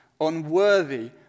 unworthy